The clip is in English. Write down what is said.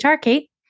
Kate